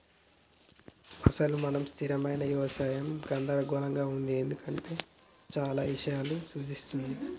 అసలు మన స్థిరమైన యవసాయం గందరగోళంగా ఉంది ఎందుకంటే ఇది చానా ఇషయాలను సూఛిస్తుంది